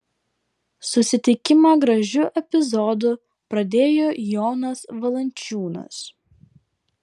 susitikimą gražiu epizodu pradėjo jonas valančiūnas